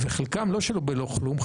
חלקן לא שלא בלא כלום,